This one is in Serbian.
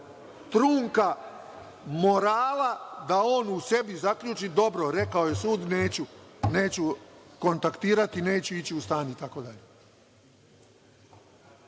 trunka morala da on u sebi zaključi – dobro, rekao je sud, neću kontaktirati, neću ići u stan, itd?